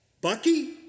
Bucky